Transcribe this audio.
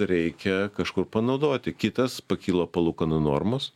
reikia kažkur panaudoti kitas pakilo palūkanų normos